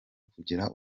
kugira